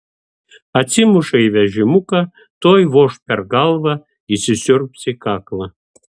atsimuša į vežimuką tuoj voš per galvą įsisiurbs į kaklą